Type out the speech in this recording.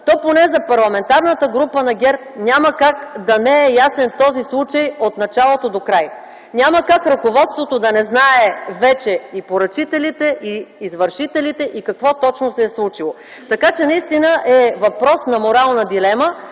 то поне за Парламентарната група на ГЕРБ няма как да не е ясен този случай от началото докрай, няма как ръководството да не знае вече поръчителите, извършителите и какво точно се е случило. Така че въпрос на морална дилема